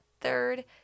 third